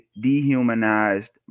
dehumanized